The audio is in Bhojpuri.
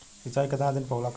सिंचाई केतना दिन पर होला?